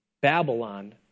Babylon